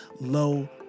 low